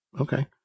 okay